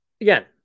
again